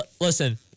Listen